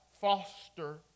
foster